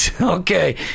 Okay